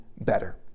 better